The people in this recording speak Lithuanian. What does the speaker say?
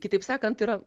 kitaip sakant yra